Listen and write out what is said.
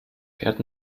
fährt